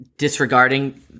disregarding